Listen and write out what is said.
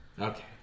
Okay